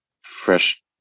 fresh